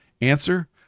Answer